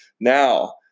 Now